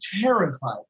terrified